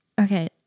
okay